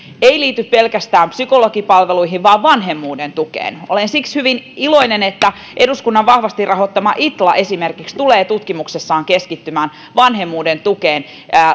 ei liity pelkästään psykologipalveluihin vaan vanhemmuuden tukeen olen siksi hyvin iloinen että eduskunnan vahvasti rahoittama itla esimerkiksi tulee tutkimuksessaan keskittymään vanhemmuuden tukeen